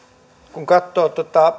kun katsoo